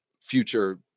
future